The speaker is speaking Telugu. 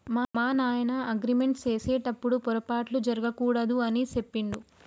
మా నాయన అగ్రిమెంట్ సేసెటప్పుడు పోరపాట్లు జరగకూడదు అని సెప్పిండు